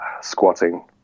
squatting